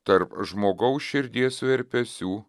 tarp žmogaus širdies virpesių